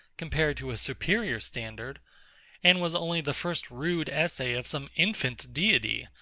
compared to a superior standard and was only the first rude essay of some infant deity,